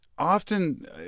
Often